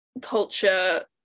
culture